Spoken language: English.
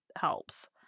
helps